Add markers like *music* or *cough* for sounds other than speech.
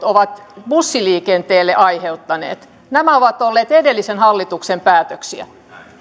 *unintelligible* ovat bussiliikenteelle aiheuttaneet nämä ovat olleet edellisen hallituksen päätöksiä